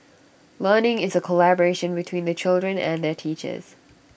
learning is A collaboration between the children and their teachers